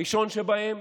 הראשון שבהם: